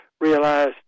realized